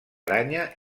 aranya